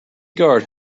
guard